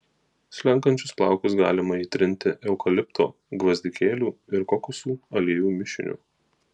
slenkančius plaukus galima įtrinti eukalipto gvazdikėlių ir kokosų aliejų mišiniu